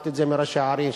שמעתי את זה מראשי ערים,